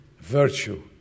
virtue